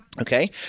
Okay